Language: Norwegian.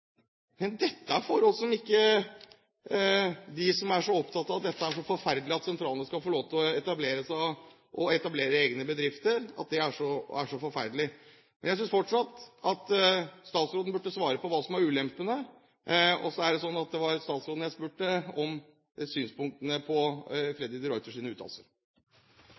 Men dette er forhold som de som er så opptatt av at sentralene ikke skal få lov til å etablere seg, etablere egne bedrifter, synes er så forferdelig. Jeg synes fortsatt at statsråden burde svare på hva som er ulempene. Og så er det slik at det var statsråden jeg spurte om synspunktene på Freddy de Ruiters uttalelser. Representanten Freddy de Ruiter